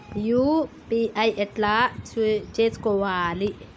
UPI ఎట్లా చేసుకోవాలి?